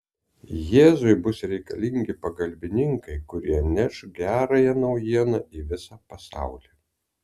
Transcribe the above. jėzui bus reikalingi pagalbininkai kurie neš gerąją naujieną į visą pasaulį